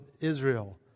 Israel